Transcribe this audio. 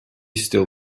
still